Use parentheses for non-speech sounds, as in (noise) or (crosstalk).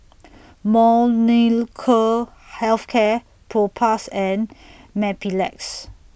(noise) Molnylcke Health Care Propass and (noise) Mepilex